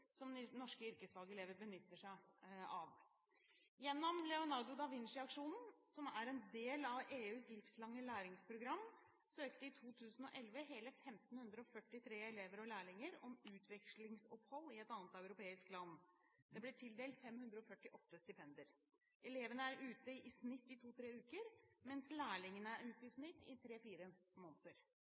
som norske yrkesfagelever benytter seg av. Gjennom Leonardo da Vinci-aksjonen, som er en del av EUs program for livslang læring, LLP, søkte i 2011 hele 1 543 elever og lærlinger om utvekslingsopphold i et annet europeisk land. Det ble tildelt 548 stipender. Elevene er i snitt ute i 2–3 uker, mens lærlingene i snitt er ute i